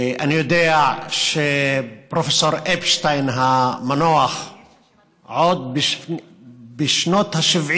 אני יודע שפרופ' אפשטיין המנוח עוד בשנות ה-70